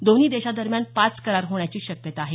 दोन्ही देशादरम्यान पाच करार होण्याची शक्यता आहे